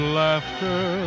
laughter